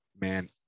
man